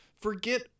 forget